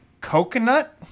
Coconut